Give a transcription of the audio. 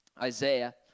Isaiah